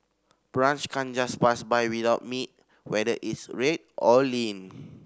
brunch can't just pass by without meat whether it's red or lean